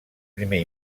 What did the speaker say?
primer